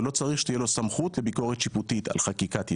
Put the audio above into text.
ולא צריך שתהיה לו סמכות לביקורת שיפוטית על חקיקת יסוד.